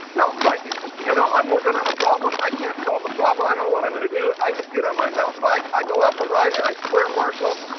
mountain biking. you know, i'm working on a problem. i can't solve the problem. i don't know what i'm gonna do. i just get on my mountain bike. i go out for a ride. and i swear, marshall,